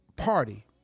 party